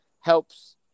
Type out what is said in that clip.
helps